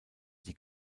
die